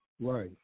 right